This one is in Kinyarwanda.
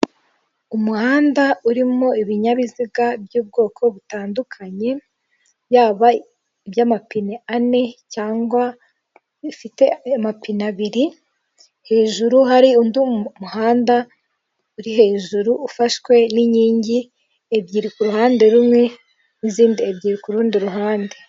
Umuhanda urimo ibinyabiziga by'ubwoko butandukanye, yaba iby'amapine ane cyangwa bifite amapine abiri, hejuru hari undi muhanda uri hejuru ufashwe n'inkingi ebyiri ku ruhande rumwe n'izindi ebyiri ku rundi ruhande.